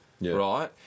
right